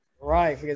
Right